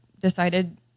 decided